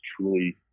truly